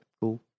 cool